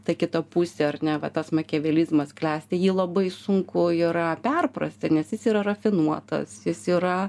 ta kita pusė ar ne va tas makiavelizmas klesti jį labai sunku yra perprasti nes jis yra rafinuotas jis yra